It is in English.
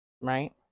right